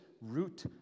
root